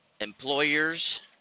employers